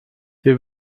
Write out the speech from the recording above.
wir